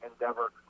Endeavor